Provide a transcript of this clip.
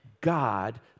God